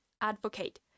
advocate